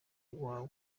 wawe